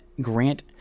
grant